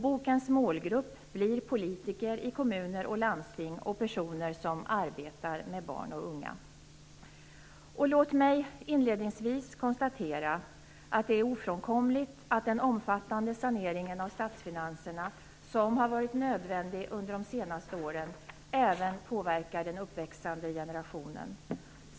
Bokens målgrupp blir politiker i kommuner och landsting samt personer som arbetar med barn och unga. Låt mig inledningsvis konstatera att det är ofrånkomligt att den omfattande sanering av statsfinanserna som har varit nödvändig under de senaste åren även påverkar den uppväxande generationen.